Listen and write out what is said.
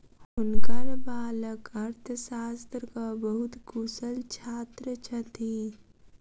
हुनकर बालक अर्थशास्त्रक बहुत कुशल छात्र छथि